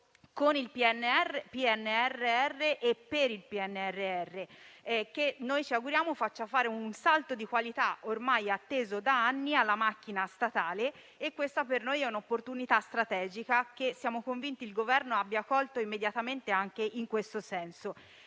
con il PNRR e per il PNRR, che noi ci auguriamo faccia fare un salto di qualità, ormai atteso da anni, alla macchina statale. Questa è per noi un'opportunità strategica che siamo convinti il Governo abbia colto immediatamente anche in questo senso.